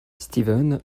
stephen